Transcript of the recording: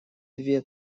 две